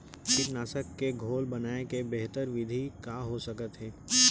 कीटनाशक के घोल बनाए के बेहतर विधि का हो सकत हे?